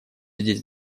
здесь